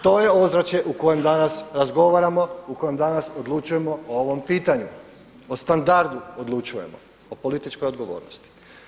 To je ozračje u kojem danas razgovaramo, u kojem danas odlučujemo o ovom pitanju, o standardu odlučujemo, o političkoj odgovornosti.